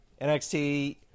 NXT